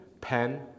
pen